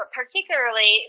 particularly